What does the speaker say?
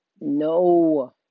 No